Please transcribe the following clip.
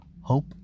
hope